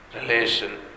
relation